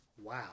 Wow